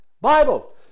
Bible